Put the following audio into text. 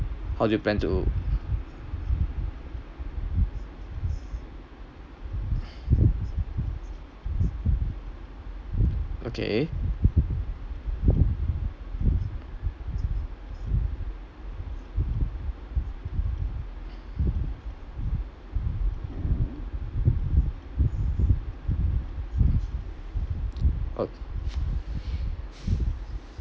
how do you plan to okay oh